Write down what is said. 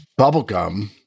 bubblegum